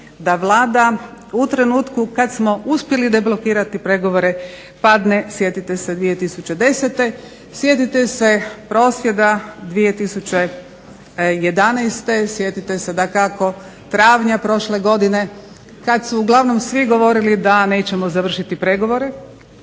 da Vlada u trenutku kada smo uspjeli deblokirati pregovore padne, sjetite se 2010. sjetite se prosvjeda 2011. sjetite se dakako travnja prošle godine kada su uglavnom svi govorili da nećemo završiti pregovore,